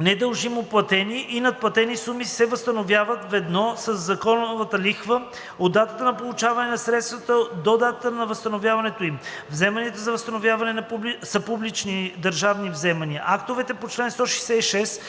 недължимо платени и надплатени суми се възстановяват ведно със законната лихва от датата на получаване на средствата до датата на възстановяването им. Вземанията за възстановяване са публични държавни вземания. Актовете по чл. 166